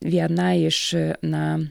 viena iš na